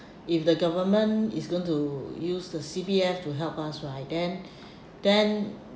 if the government is going to use the C_P_F to help us right then then